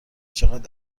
چقد